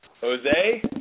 Jose